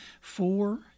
four